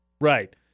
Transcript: Right